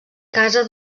casa